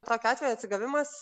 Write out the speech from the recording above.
tokiu atveju atsigavimas